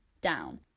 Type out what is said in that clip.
down